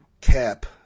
cap